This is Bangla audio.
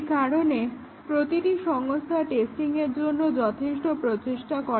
সেই কারণে প্রতিটি সংস্থা টেস্টিংয়ের জন্য যথেষ্ট প্রচেষ্টা করে